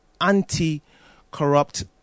anti-corrupt